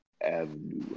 avenue